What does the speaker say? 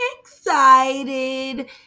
excited